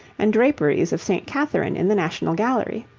and draperies of st. catherine in the national gallery.